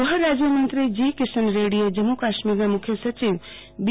ગૂહ રાજ્ય મંત્રી જી કિશન રેડ્ડી એ જમ્મુ કાશ્મીરના મુખ્ય સચિવ બી